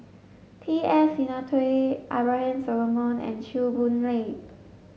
T S Sinnathuray Abraham Solomon and Chew Boon Lay